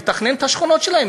לתכנן את השכונות שלהם.